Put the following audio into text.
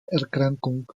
erkrankung